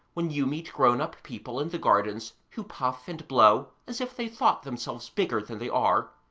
when you meet grown-up people in the gardens who puff and blow as if they thought themselves bigger than they are,